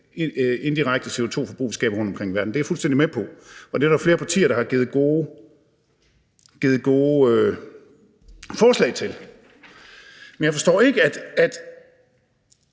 indirekte CO2-forbrug, vi skaber rundtomkring i verden. Det er jeg fuldstændig med på, og det er der jo flere partier, der har givet gode forslag til. Men jeg forstår ikke, at